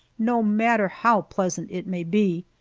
no matter how pleasant it may be.